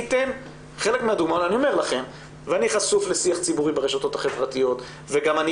אני חשוף לשיח ציבורי ברשתות החברתיות וגם אני